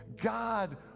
God